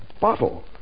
bottle